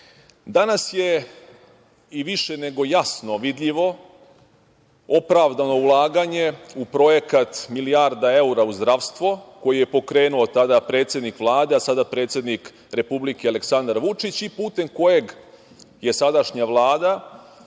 19.Danas je i više nego jasno vidljivo opravdano ulaganje u projekat "milijarda evra u zdravstvo" koji je pokrenuo tada predsednik Vlade, a sada predsednik republike Aleksandar Vučić i putem kojeg je sadašnja Vlada